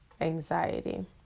anxiety